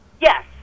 yes